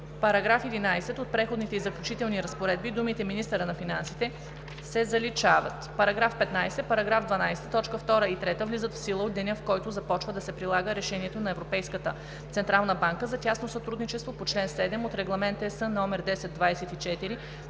2. В § 11 от преходните и заключителни разпоредби думите „министъра на финансите“ се заличават. § 15. Параграф 12, т. 2 и 3, влизат в сила от деня, в който започва да се прилага решението на Европейската централна банка за тясно сътрудничество по чл. 7 от Регламент (ЕС) №